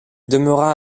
demeura